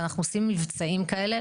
ואנחנו עושים מבצעים כאלה,